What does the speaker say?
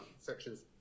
sections